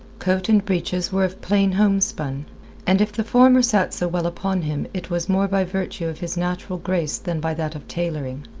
coat and breeches were of plain homespun and if the former sat so well upon him it was more by virtue of his natural grace than by that of tailoring.